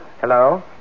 Hello